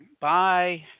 Bye